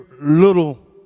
little